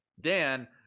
Dan